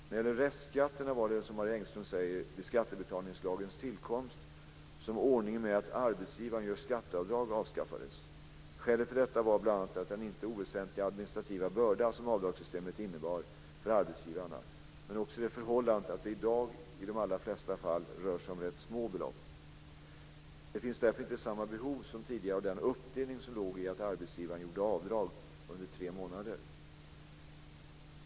Vad gäller restskatterna var det, som Marie Engström säger, vid skattebetalningslagens tillkomst som ordningen med att arbetsgivaren gör skatteavdrag avskaffades. Skälet för detta var bl.a. den inte oväsentliga administrativa börda som avdragssystemet innebar för arbetsgivarna, men också det förhållandet att det i dag i de allra flesta fall rör sig om rätt så små belopp. Det finns därför inte samma behov som tidigare av den uppdelning som låg i att arbetsgivaren gjorde avdrag under tre månader.